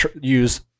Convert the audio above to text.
use